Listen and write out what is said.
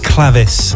Clavis